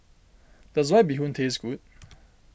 does White Bee Hoon taste good